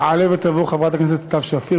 תעלה ותבוא חברת הכנסת סתיו שפיר.